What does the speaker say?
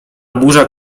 burza